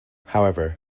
however